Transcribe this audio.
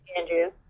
Andrew